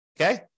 Okay